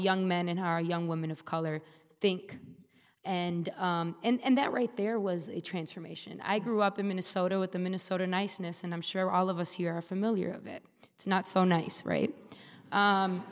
young men and our young women of color think and and that rate there was a transformation i grew up in minnesota with the minnesota niceness and i'm sure all of us here are familiar of it it's not so nice right